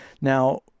Now